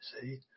See